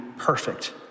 perfect